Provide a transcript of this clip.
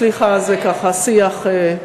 סליחה, זה ככה שיח.